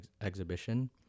exhibition